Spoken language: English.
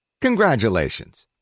Congratulations